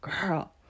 girl